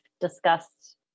discussed